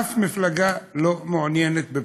אף מפלגה לא מעוניינת בבחירות,